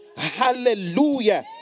Hallelujah